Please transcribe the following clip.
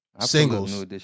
Singles